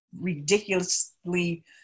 ridiculously